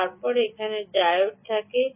এবং তারপরে এখানে ডায়োড থাকে